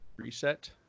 reset